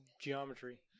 geometry